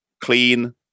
clean